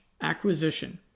acquisition